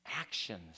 actions